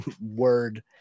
word